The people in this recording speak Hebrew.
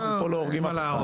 אנחנו פה לא הורגים אף אחד.